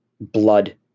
Blood